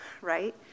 right